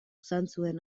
zantzuen